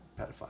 pedophile